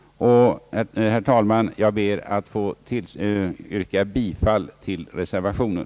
Herr talman! Jag ber att få yrka bifall till reservationen.